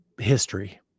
history